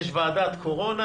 יש ועדת קורונה.